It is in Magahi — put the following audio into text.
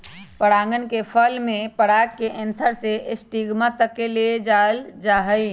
परागण में फल के पराग के एंथर से स्टिग्मा तक ले जाल जाहई